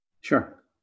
Sure